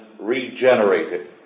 regenerated